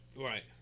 Right